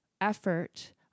effort